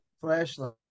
flashlight